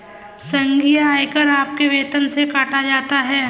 संघीय आयकर आपके वेतन से काटा जाता हैं